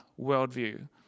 worldview